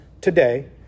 today